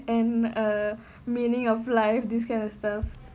and uh meaning of life this kind of stuff